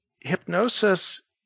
hypnosis